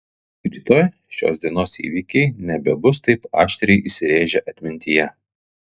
rytoj šios dienos įvykiai nebebus taip aštriai įsirėžę atmintyje